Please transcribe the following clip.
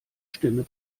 stimme